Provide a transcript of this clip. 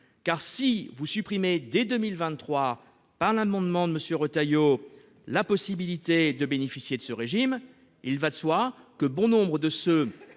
Si vous supprimez dès 2023, par l'amendement de M. Retailleau, la possibilité de bénéficier de ce régime, alors- cela va de soi -bon nombre de ceux